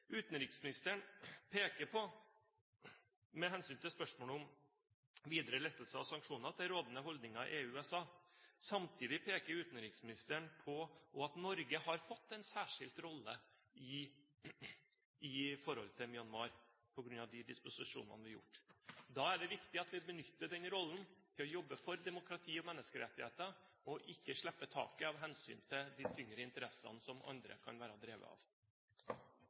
Med hensyn til spørsmålet om videre lettelse av sanksjoner peker utenriksministeren på rådende holdninger i EU og USA. Samtidig peker han på at Norge har fått en særskilt rolle i forholdet til Myanmar på grunn av de disposisjonene vi har gjort. Da er det viktig at vi benytter den rollen til å jobbe for demokrati og menneskerettigheter, og ikke slipper taket av hensyn til de tyngre interessene som andre kan være drevet av.